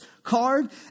Card